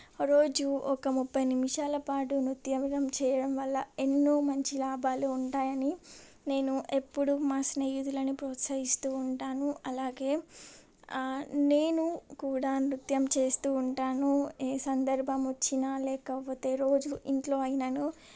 రోజు ఒక ముప్పై నిమిషాల పాటు నృత్య చేయడం వల్ల ఎన్నో మంచి లాభాలు ఉంటాయని నేను ఎప్పుడూ మా స్నేహితులని ప్రోత్సహిస్తూ ఉంటాను అలాగే నేను కూడా నృత్యం చేస్తూ ఉంటాను ఏ సందర్భం వచ్చినా లేకపోతే రోజూ ఇంట్లో అయినా